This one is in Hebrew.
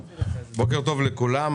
בוקר טוב לכולם.